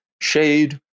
shade